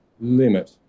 limit